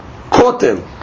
Kotel